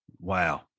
wow